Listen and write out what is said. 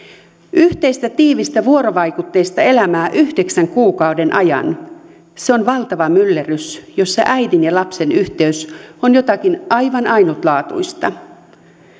yhteistä tiivistä vuorovaikutteista elämää yhdeksän kuukauden ajan se on valtava myllerrys jossa äidin ja lapsen yhteys on jotakin aivan ainutlaatuista